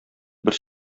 бер